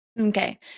Okay